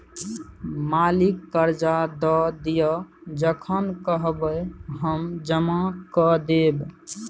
मालिक करजा दए दिअ जखन कहब हम जमा कए देब